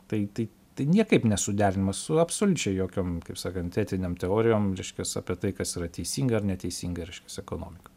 tai tai tai niekaip nesuderinama su absoliučiai jokiom kaip sakant etinėm teorijom reiškias apie tai kas yra teisinga ar neteisinga reiškias ekonomika